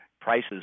prices